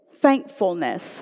thankfulness